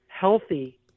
healthy